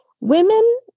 women